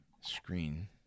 screen